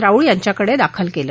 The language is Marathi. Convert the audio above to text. राऊळ यांच्याकडे दाखल केलं